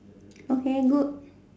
okay good